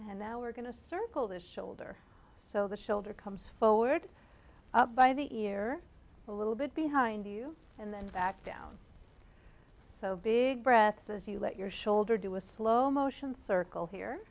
and now we're going to circle the shoulder so the shoulder comes forward up by the ear a little bit behind you and then back down so big breath as you let your shoulder do a slow motion circle here